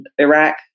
Iraq